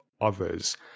others